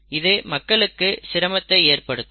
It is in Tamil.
இது மக்களுக்கு சிரமத்தை ஏற்படுத்தும்